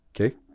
Okay